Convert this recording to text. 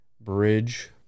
Bridge